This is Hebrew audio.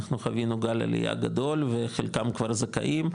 אנחנו חווינו גם עלייה גדול וחלקם כבר זכאים,